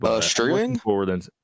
Streaming